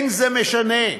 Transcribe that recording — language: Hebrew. זה לא משנה.